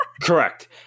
Correct